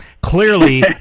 clearly